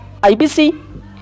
IBC